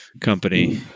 company